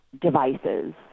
devices